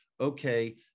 okay